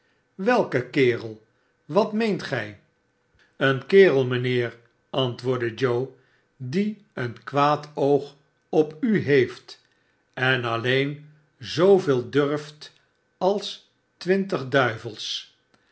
welke kerel wat meent ct i s een kerel mijnheer antwoordde joe die een kwaad oog op u heeft en alleen zooveel durft als twintig duivels